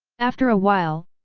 after a while,